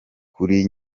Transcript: kuri